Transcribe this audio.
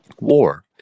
war